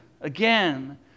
again